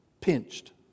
pinched